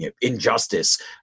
injustice